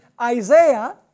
Isaiah